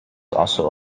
also